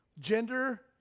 Gender